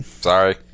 sorry